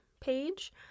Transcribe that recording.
page